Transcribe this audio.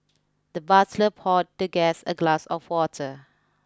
the butler poured the guest a glass of water